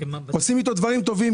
עושים איתו דברים טובים.